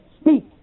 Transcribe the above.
speak